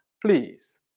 Please